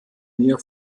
nähe